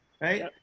right